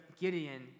Gideon